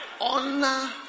Honor